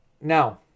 now